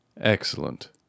Excellent